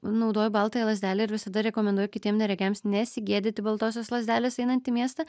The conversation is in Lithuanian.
naudoju baltąją lazdelę ir visada rekomenduoju kitiem neregiams nesigėdyti baltosios lazdelės einant į miestą